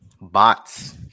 Bots